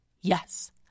Yes